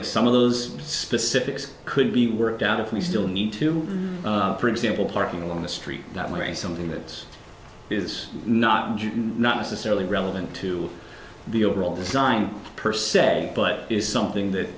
like some of those specifics could be worked out if we still need to for example parking along the street not wearing something that is not not necessarily relevant to the overall design per se but is something that